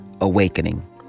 awakening